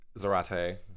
Zarate